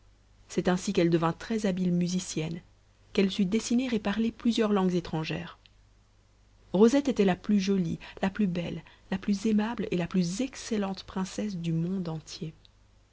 c'est ainsi qu'elle devint très habile musicienne qu'elle sut dessiner et parler plusieurs langues étrangères rosette était la plus jolie la plus belle la plus aimable et la plus excellente princesse du monde entier